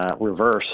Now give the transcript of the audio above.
reverse